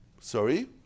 Sorry